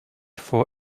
for